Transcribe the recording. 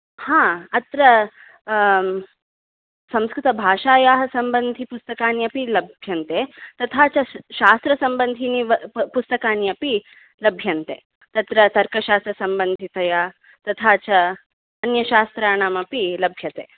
हा अत्र संस्कृतभाषायाः सम्बन्धिपुस्तकानि अपि लभ्यन्ते तथा शा शास्त्रसम्बन्धीनि व पुस्तकानि अपि लभ्यन्ते तत्र तर्कशास्त्रसम्बन्धितया तथा च अन्यशास्त्राणामपि लभ्यते